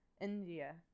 India